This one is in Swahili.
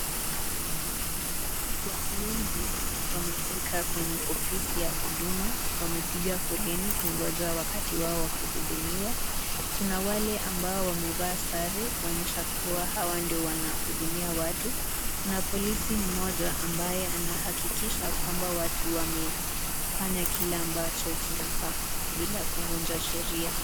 Watu wengi wamefika kwenye ofisi ya huduma, wamepiga foleni kungoja wakati wao wa kuhudumiwa, kuna wale ambao wamevaa sare kuonyesha kuwa hawa ndio wanahudumia watu, kuna polisi mmoja ambaye anahakikisha kwamba watu wamefanya kile wanafaa bila kuvunja sheria.